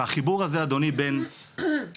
החיבור הזה אדוני בין ספורט,